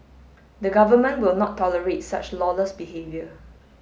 the government will not tolerate such lawless behavior